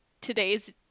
today's